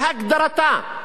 בהגדרתה,